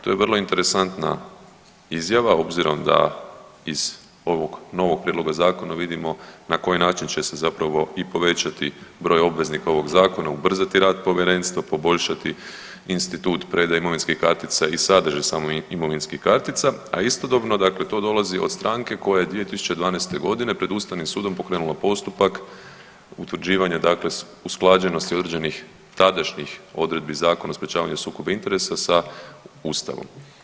To je vrlo interesantna izjava obzirom da iz ovog novog prijedloga zakona vidimo na koji način će se zapravo i povećati broj obveznika ovog zakona, ubrzati rad povjerenstva, poboljšati institut predaje imovinske kartice i sadržaj samih imovinskih kartica, a istodobno dakle to dolazi od stranke koja je 2012. godine pred Ustavnim sudom pokrenula postupak utvrđivanja dakle usklađenosti određenih tadašnjih odredbi Zakona o sprječavanju sukoba interesa sa Ustavom.